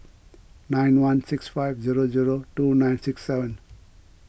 nine one six five zero zero two nine six seven